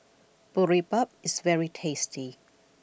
Boribap is very tasty